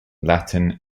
latin